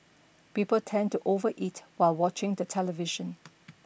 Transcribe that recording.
people tend to overeat while watching the television